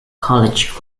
college